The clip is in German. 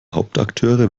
hauptakteure